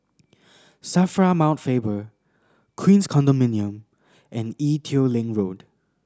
SAFRA Mount Faber Queens Condominium and Ee Teow Leng Road